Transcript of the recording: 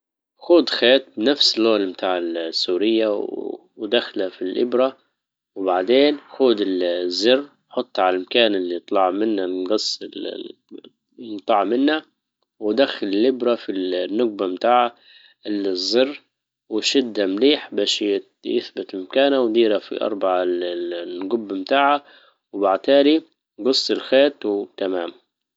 خود خيط نفس لون متاع السوريا وداخلة في الابرة وبعدين خود الـ- الزر وحطها على المكان اللي طلع منا من جص- انجطع منا ودخل الابرة في النجبة بتاع الزر وشدها مليح باش يثبت مكانه و ديرها في اربعة الجب متاعها وباعتهالي جص الخيط وتمام